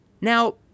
Now